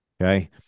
Okay